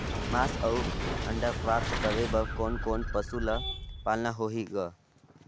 मांस अउ अंडा प्राप्त करे बर कोन कोन पशु ल पालना होही ग?